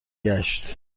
گشت